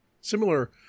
similar